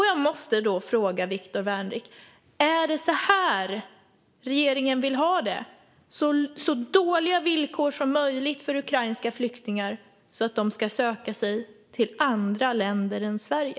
Jag måste fråga Viktor Wärnick: Är det så här regeringen vill ha det? Ska det vara så dåligt som möjligt för ukrainska flyktingar så att de ska söka sig till andra länder än Sverige?